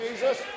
Jesus